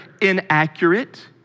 inaccurate